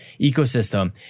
ecosystem